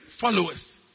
followers